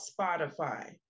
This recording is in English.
Spotify